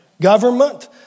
Government